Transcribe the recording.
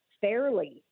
fairly